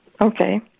Okay